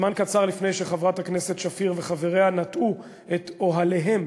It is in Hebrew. זמן קצר לפני שחברת הכנסת שפיר וחבריה נטו את אוהליהם